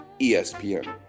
ESPN